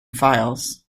files